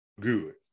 good